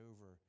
over